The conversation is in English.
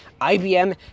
IBM